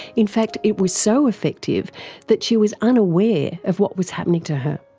in fact, it was so effective that she was unaware of what was happening to her.